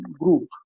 group